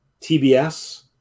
TBS